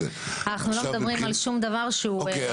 אנחנו לא מדברים על שום דבר שהוא לא